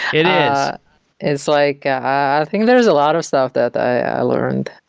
it yeah is like i think there is a lot of stuff that i learned.